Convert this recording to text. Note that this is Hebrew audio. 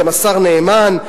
גם השר נאמן,